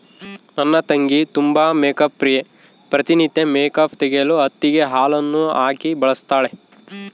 ನನ್ನ ತಂಗಿ ತುಂಬಾ ಮೇಕ್ಅಪ್ ಪ್ರಿಯೆ, ಪ್ರತಿ ನಿತ್ಯ ಮೇಕ್ಅಪ್ ತೆಗೆಯಲು ಹತ್ತಿಗೆ ಹಾಲನ್ನು ಹಾಕಿ ಬಳಸುತ್ತಾಳೆ